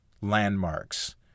landmarks